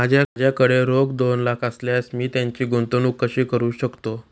माझ्याकडे रोख दोन लाख असल्यास मी त्याची गुंतवणूक कशी करू शकतो?